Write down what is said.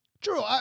True